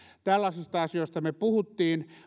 tällaisista asioista me puhuimme